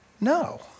no